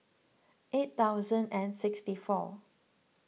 eight thousand and sixty four